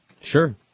Sure